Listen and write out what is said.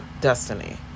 destiny